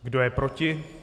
Kdo je proti?